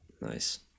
Nice